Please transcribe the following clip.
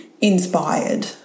inspired